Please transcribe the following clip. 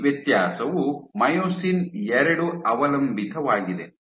ಈ ವ್ಯತ್ಯಾಸವು myosin II ಅವಲಂಬಿತವಾಗಿದೆ